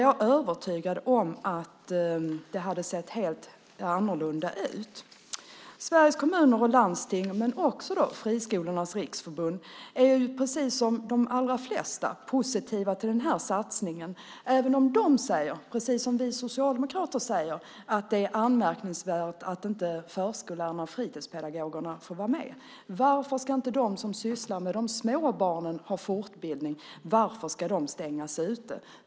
Jag övertygad om att det då hade sett helt annorlunda ut. Sveriges Kommuner och Landsting men också Friskolornas Riksförbund är, precis som de allra flesta, positiva till den här satsningen även om de, precis som vi socialdemokrater, säger att det är anmärkningsvärt att förskollärarna och fritidspedagogerna inte får vara med. Varför ska inte de som sysslar med de små barnen få fortbildning? Varför ska de stängas ute?